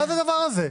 מה זה הדבר הזה?